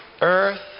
earth